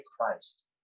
Christ